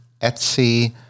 Etsy